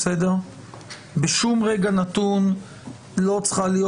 בשום רגע נתון לא צריכה להיות